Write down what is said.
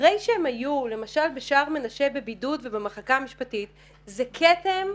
אחרי שהם היו למשל בשער מנשה בבידוד ובמחלקה המשפטית זה כתם,